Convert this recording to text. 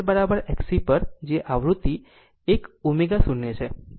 અને XL XC પર જે આવૃત્તિ આ 1 ω0 છે